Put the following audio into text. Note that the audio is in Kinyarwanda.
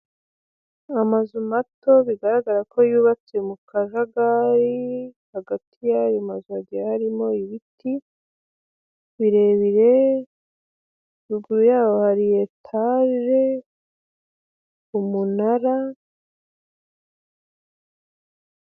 Amazu mato bigaragara ko yubatse mu kajagari hagati yayo mazu hagiye harimo ibiti birebire ruguru yaho hari etaje umunara.